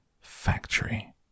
factory